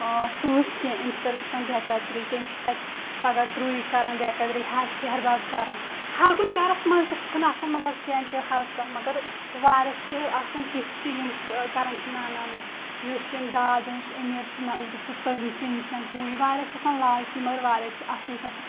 اۭں سۭتۍ کیٚنہہ أمِس چھِ پَتہٕ گژھان بے قدری تٔمِس چھِ تَتہِ پگاہ درُے کران بے قدری ہَش ہیٚہر بَب کران ہر کُنہِ گَرَس منٛز تہِ چھُنہٕ آسان مطلب کیٚنہہ کہِ ہر کانٛہہ مگر واریاہ چھِ آسان تِتھۍ تہِ یِم کہٕ کران چھِ نہ نہ نہ یُس ییٚمۍ داج اوٚن یُس امیٖر چھِ نہ أسۍ گژھو تٔمۍسٕے نِش ہُہ یہِ واریاہ چھِ آسان لالچی مگر واریاہ چھِ اَصٕل تہِ آسان